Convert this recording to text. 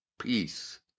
peace